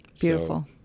Beautiful